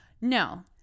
no